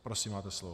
Prosím, máte slovo.